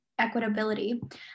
equitability